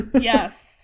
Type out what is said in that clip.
Yes